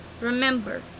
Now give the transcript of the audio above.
remember